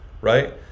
right